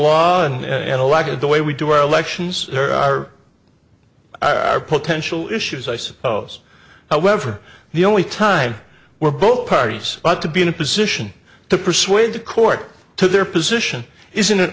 law and a lack of the way we do our elections are i are potential issues i suppose however the only time where both parties but to be in a position to persuade the court to their position is an